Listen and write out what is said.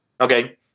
Okay